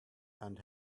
and